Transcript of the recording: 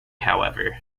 however